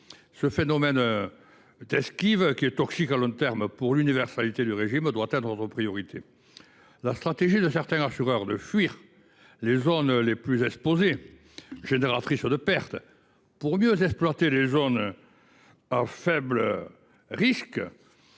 ce phénomène d’esquive, qui sera toxique à long terme pour l’universalité du régime assurantiel, doit être notre priorité. La stratégie qui consiste, pour certains assureurs, à fuir les zones les plus exposées, génératrices de pertes, pour mieux exploiter les zones à faible risque,